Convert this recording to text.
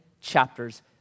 chapters